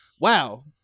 wow